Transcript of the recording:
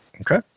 Okay